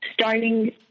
starting